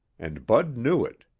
and bud knew it.